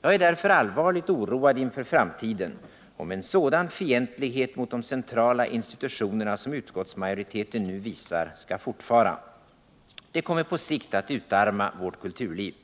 Jag är därför allvarligt oroad inför framtiden — om en sådan fientlighet mot de centrala institutionerna som utskottsmajoriteten nu visar skall fortfara. Det kommer på sikt att utarma vårt kulturliv.